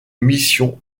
missions